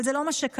אבל זה לא מה שקרה.